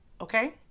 Okay